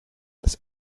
das